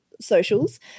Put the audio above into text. socials